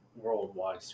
worldwide